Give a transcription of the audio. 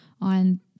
on